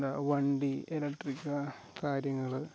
എന്താ വണ്ടി എലക്ട്രിക്ക കാര്യങ്ങൾ